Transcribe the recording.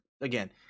again